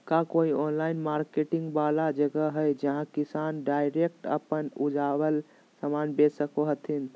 का कोई online market वाला जगह हइ जहां किसान डायरेक्ट अप्पन उपजावल समान बेच सको हथीन?